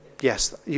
Yes